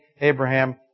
Abraham